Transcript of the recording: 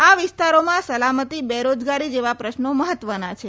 આ વિસ્તારોમાં સલામતી બેરોજગારી જેવા પ્રશ્નો મહત્વના છે